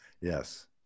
Yes